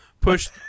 push